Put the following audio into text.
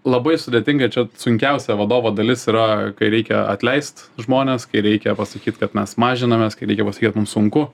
labai sudėtinga čia sunkiausia vadovo dalis yra kai reikia atleist žmones kai reikia pasakyt kad mes mažinamės kai reikia pasakyt mum sunku